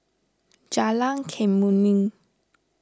Jalan Kemuning